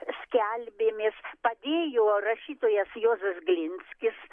skelbėmės padėjo rašytojas juozas glinskis